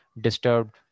disturbed